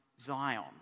Zion